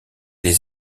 les